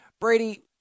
Brady